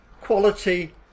quality